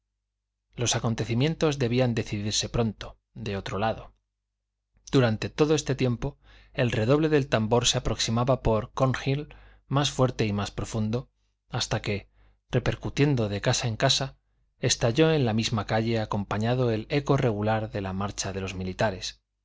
los acontecimientos debían decidirse pronto de otro lado durante todo este tiempo el redoble del tambor se aproximaba por cornhill más fuerte y más profundo hasta que repercutiendo de casa en casa estalló en la misma calle acompañado del eco regular de la marcha de los militares